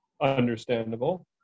Understandable